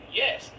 yes